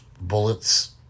bullets